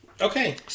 Okay